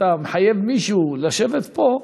שאתה מחייב מישהו לשבת פה,